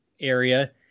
area